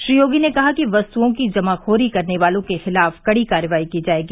श्री योगी ने कहा कि वस्तुओं की जमाखोरी करने वालों के खिलाफ कड़ी कार्रवाई की जाएगी